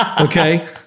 Okay